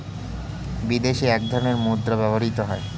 বিদেশে এক ধরনের মুদ্রা ব্যবহৃত হয়